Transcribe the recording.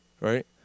right